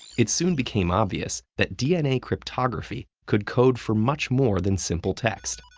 it soon became obvious that dna cryptography could code for much more than simple text.